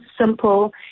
simple